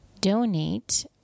donate